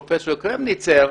פרופ' קרמניצר,